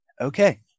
Okay